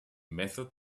method